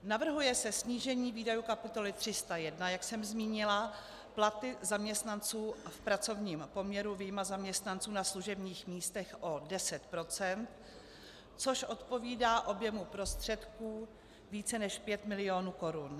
Navrhuje se snížení výdajů kapitoly 301, jak jsem zmínila, platy zaměstnanců v pracovním poměru, vyjma zaměstnanců na služebních místech, o 10 procent, což odpovídá objemu prostředků více než 5 milionů korun.